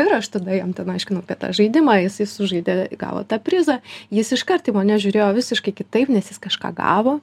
ir aš tada jam ten aiškinu apie tą žaidimą jisai sužaidė gavo tą prizą jis iškart į mane žiūrėjo visiškai kitaip nes jis kažką gavo